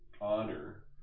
honor